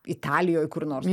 italijoj kur nors